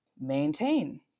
maintain